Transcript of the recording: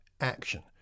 action